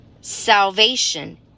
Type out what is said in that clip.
salvation